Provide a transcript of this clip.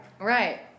right